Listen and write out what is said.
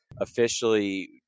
officially